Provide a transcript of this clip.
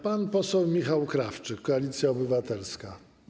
Pan poseł Michał Krawczyk, Koalicja Obywatelska.